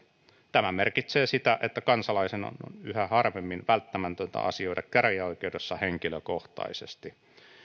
tämä merkitsee sitä että kansalaisen on yhä harvemmin välttämätöntä asioida käräjäoikeudessa henkilökohtaisesti